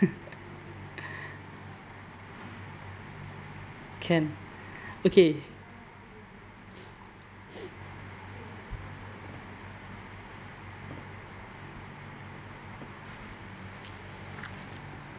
can okay